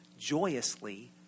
joyously